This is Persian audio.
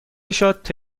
شات